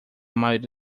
maioria